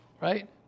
right